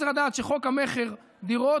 צריך לדעת שחוק המכר (דירות),